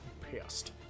pissed